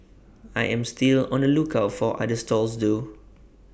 I am still on the lookout for other stalls though